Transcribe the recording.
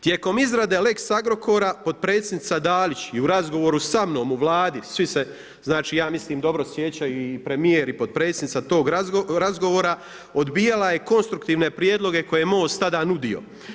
Tijekom izrade lex Agrokora potpredsjednica Dalić i u razgovoru sa mnom u Vladi svi se, znači ja mislim dobro sjećaju i premijer i potpredsjednica tog razgovora odbijala je konstruktivne prijedloge koje je MOST tada nudio.